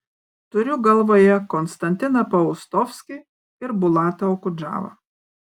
turiu galvoje konstantiną paustovskį ir bulatą okudžavą